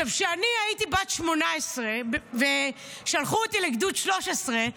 כשאני הייתי בת 18 ושלחו אותי לגדוד 13,